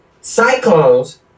cyclones